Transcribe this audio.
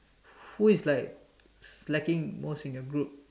who is like slacking most in your group